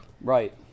Right